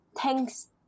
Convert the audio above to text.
Thanks